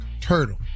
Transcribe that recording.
turtle